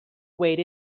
weight